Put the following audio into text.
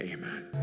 Amen